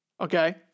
Okay